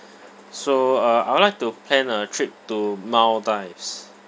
so uh I would like to plan a trip to maldives